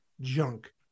junk